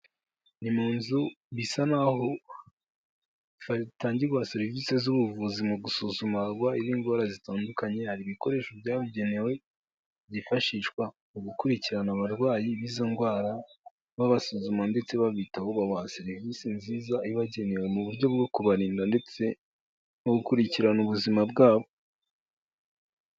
Ni mu nzu bisa n'aho hatangirwa serivisi z'ubuvuzi mu gusuzuma abarwayi b'indwara zitandukanye, hari ibikoresho byabugenewe byifashishwa mu gukurikirana abarwayi b'izo ndwara babasuzuma ndetse babita babaha serivisi nziza ibagenewe mu buryo bwo kubarinda ndetse no gukurikirana ubuzima bwabo.